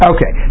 Okay